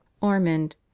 Ormond